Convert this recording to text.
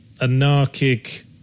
anarchic